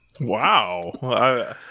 Wow